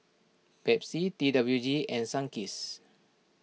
Pepsi T W G and Sunkist